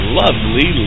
lovely